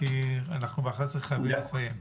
דקה, כי אנחנו ב-11:00 חייבים לסיים.